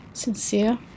sincere